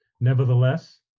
Nevertheless